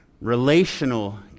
relational